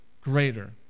greater